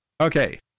Okay